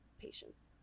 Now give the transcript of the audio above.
patients